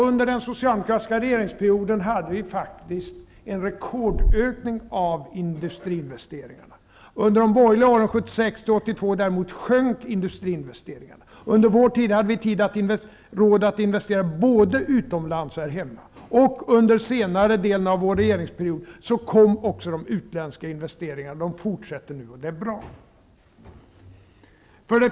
Under den socialdemokratiska regeringsperioden hade vi faktiskt en rekordökning av industriinvesteringarna. Under de borgerliga åren 1976--1982 sjönk däremot industriinvesteringarna. Under vår tid hade vi råd att investera både utomlands och här hemma. Under senare delen av vår regeringsperiod började de utländska investeringarna. De fortsätter nu, och det är bra.